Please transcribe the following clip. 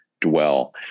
dwell